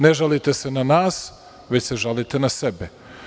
Ne žalite se na nas, već se žalite na sebe.